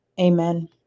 Amen